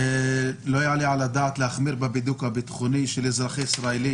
לא יעלה על הדעת להחמיר בבידוק הביטחוני של אזרח ישראלי,